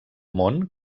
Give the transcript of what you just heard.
món